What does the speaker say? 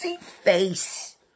face